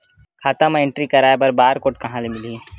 खाता म एंट्री कराय बर बार कोड कहां ले मिलही?